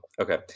Okay